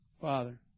Father